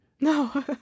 No